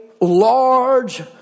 large